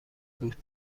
بود